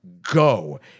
go